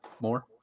more